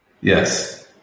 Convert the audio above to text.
Yes